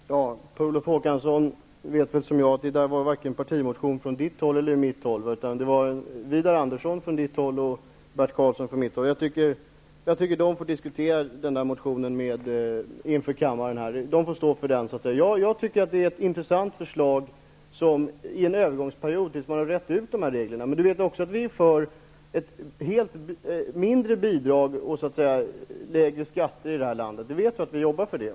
Herr talman! Per Olof Håkansson vet att det inte var en partimotion från vare sig hans eller mitt håll, utan det var en motion av Widar Andersson från hans håll och Bert Karlsson från mitt håll. De får diskutera den motionen inför kammaren, och de får stå för den. Det är ett intressant förslag i en övergångsperiod, tills man har rett ut de här reglerna. Vi är också för mindre bidrag och lägre skatter i det här landet -- Per Olof Håkansson vet att vi jobbar för det.